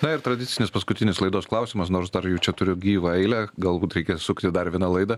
na ir tradicinis paskutinis laidos klausimas nors dar jų čia turiu gyvą eilę galbūt reikės sukti dar vieną laidą